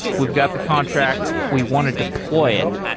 we've got the contract. we want to deploy it.